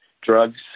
drugs